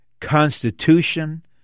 constitution